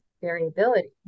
variability